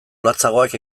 latzagoak